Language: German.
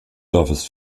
dorfes